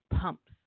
pumps